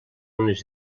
unes